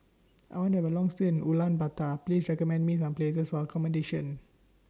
I want to Have A Long stay in Ulaanbaatar Please recommend Me Some Places For accommodation